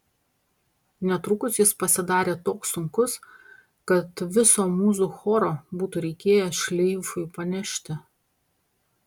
netrukus jis pasidarė toks sunkus kad viso mūzų choro būtų reikėję šleifui panešti